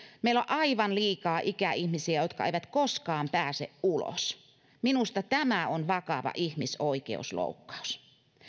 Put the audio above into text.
meillä on aivan liikaa ikäihmisiä jotka eivät koskaan pääse ulos minusta tämä on vakava ihmisoikeusloukkaus